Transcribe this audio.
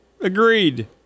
Agreed